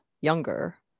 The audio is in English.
younger